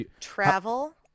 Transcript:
Travel